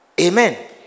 Amen